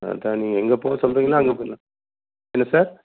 அதுதான் நீ எங்கே போக சொல்கிறீங்களோ அங்கே போயிடலாம் என்ன சார்